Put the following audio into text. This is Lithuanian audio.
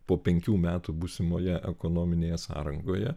po penkių metų būsimoje ekonominėje sąrangoje